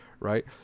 right